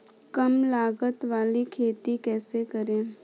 कम लागत वाली खेती कैसे करें?